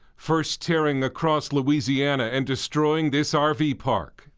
first tearing across louisiana and destroying this r v. park.